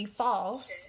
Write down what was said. false